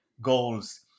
goals